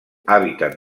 hàbitat